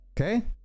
Okay